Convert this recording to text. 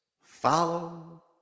Follow